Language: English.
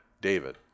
David